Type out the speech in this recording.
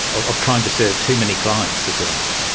of trying to serve too many clients, if you like.